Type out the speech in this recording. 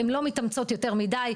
הן לא מתאמצות יותר מידי,